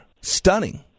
Stunning